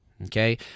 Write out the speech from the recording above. Okay